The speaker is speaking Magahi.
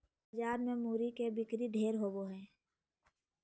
बाजार मे मूरी के बिक्री ढेर होवो हय